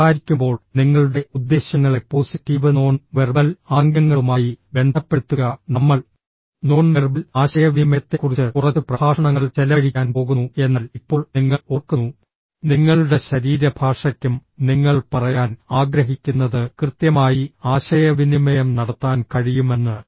സംസാരിക്കുമ്പോൾ നിങ്ങളുടെ ഉദ്ദേശ്യങ്ങളെ പോസിറ്റീവ് നോൺ വെർബൽ ആംഗ്യങ്ങളുമായി ബന്ധപ്പെടുത്തുക നമ്മൾ നോൺ വെർബൽ ആശയവിനിമയത്തെക്കുറിച്ച് കുറച്ച് പ്രഭാഷണങ്ങൾ ചെലവഴിക്കാൻ പോകുന്നു എന്നാൽ ഇപ്പോൾ നിങ്ങൾ ഓർക്കുന്നു നിങ്ങളുടെ ശരീരഭാഷയ്ക്കും നിങ്ങൾ പറയാൻ ആഗ്രഹിക്കുന്നത് കൃത്യമായി ആശയവിനിമയം നടത്താൻ കഴിയുമെന്ന്